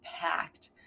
packed